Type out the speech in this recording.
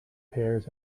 pears